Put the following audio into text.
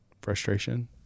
frustration